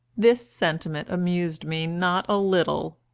this sentiment amused me not a little.